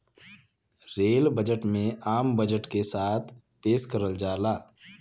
rail budget में आम budget के साथ पेश करल जाला